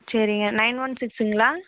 சரிங்க nine one சிக்ஸுங்களா